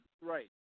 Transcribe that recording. Right